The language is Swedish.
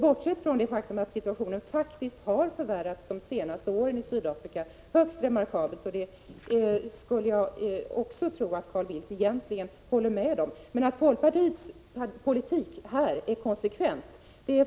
Bortsett från det faktum att situationen i Sydafrika faktiskt har förvärrats högst remarkabelt de senaste åren — det tror jag att också Carl Bildt egentligen håller med om - är folkpartiets politik konsekvent.